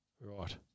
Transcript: right